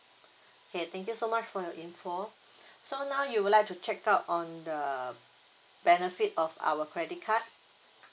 okay thank you so much for your information so now you would like to check out on the benefit of our credit card